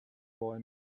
boy